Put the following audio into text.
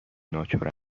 ناچارا